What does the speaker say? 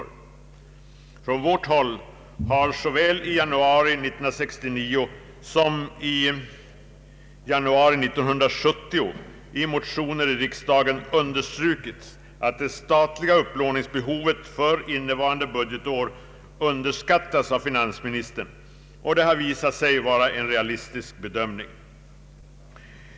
Från vårt håll har såväl i januari 1969 som i januari 1970 i motioner till riksdagen understrukits att det statliga upplåningsbehovet för innevarande budgetår underskattas av finansministern, och det har visat sig vara en realistisk bedömning.